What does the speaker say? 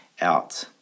out